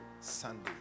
Sunday